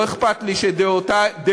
לא אכפת לי שדעותיה,